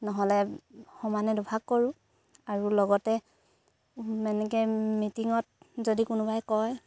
নহ'লে সমানে দুভাগ কৰোঁ আৰু লগতে মানে মিটিঙত যদি কোনোবাই কয়